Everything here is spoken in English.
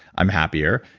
i'm happier,